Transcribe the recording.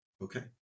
okay